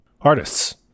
artists